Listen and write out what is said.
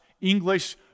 English